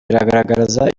biragaragaza